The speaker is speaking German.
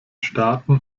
staaten